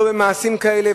לא במעשים כאלה,